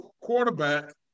quarterback